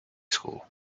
school